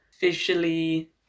visually